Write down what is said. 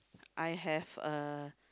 I have a